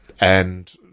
And-